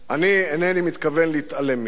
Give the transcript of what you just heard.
אני אינני מתכוון להתעלם מכך.